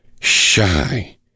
shy